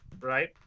right